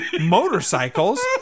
motorcycles